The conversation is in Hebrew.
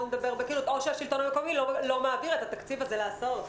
או שהשלטון המקומי לא מעביר את התקציב הזה להסעות.